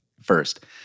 first